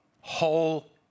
whole